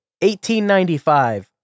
1895